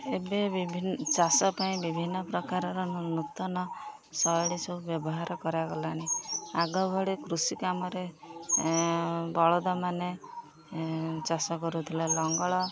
ଏବେ ବିଭିନ୍ନ ଚାଷ ପାଇଁ ବିଭିନ୍ନ ପ୍ରକାରର ନୂତନ ଶୈଳୀ ସବୁ ବ୍ୟବହାର କରାଗଲାଣି ଆଗ ଭଳି କୃଷି କାମରେ ବଳଦମାନେ ଚାଷ କରୁଥିଲେ ଲଙ୍ଗଳ